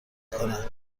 کند